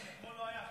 אתמול לא היו.